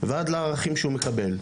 ועד לערכים שהוא מקבל.